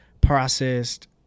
processed